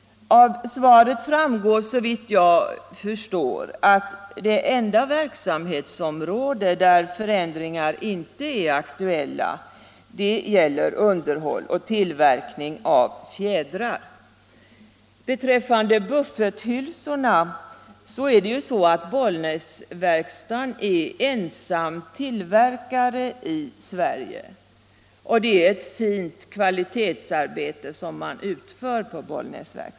Av svaret framgår, såvitt jag förstår, att det enda verksamhetsområde där förändringar inte är aktuella är underhåll och tillverkning av fjädrar. Beträffande bufferthylsorna är förhållandet det att Bollnäsverkstaden är ensam tillverkare i Sverige. Det är ett fint kvalitetsarbete som utföres där.